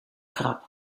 krab